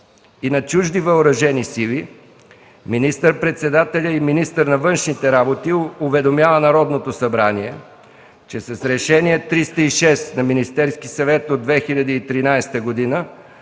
и на чужди въоръжени сили, министър-председателят и министър на външните работи уведомява Народното събрание, че с Решение № 306 на Министерския съвет от 2013 г.